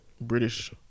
British